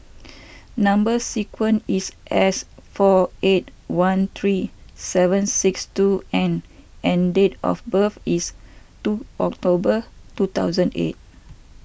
Number Sequence is S four eight one three seven six two N and date of birth is two October two thousand eight